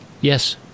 Yes